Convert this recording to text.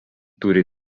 turi